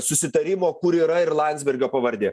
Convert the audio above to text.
susitarimo kur yra ir landsbergio pavardė